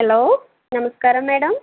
hello നമസ്കാരം madam